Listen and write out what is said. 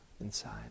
inside